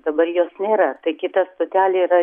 dabar jos nėra tai kita stotelė yra